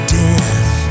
death